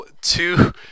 Two